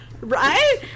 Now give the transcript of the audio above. Right